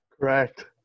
Correct